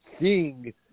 seeing